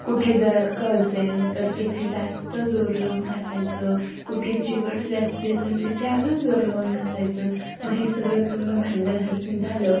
कुठे जळकं असेल तर तिथे जास्त जोर लावून घासायचं कुठे चिकट जास्ती असेल तिथे अजून जोर लावून घासायचं मग हे सगळं पूर्ण भांडं घासून झालं